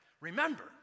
remember